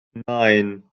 nine